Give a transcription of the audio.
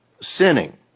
sinning